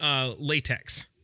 latex